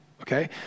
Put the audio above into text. okay